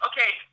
Okay